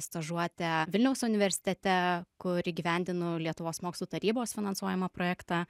stažuotę vilniaus universitete kur įgyvendinu lietuvos mokslų tarybos finansuojamą projektą